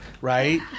right